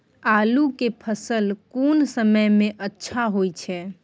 आलू के फसल कोन समय में अच्छा होय छै?